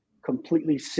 completely